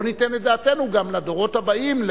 בוא ניתן את דעתנו גם לדורות הבאים,